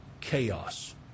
chaos